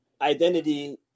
identity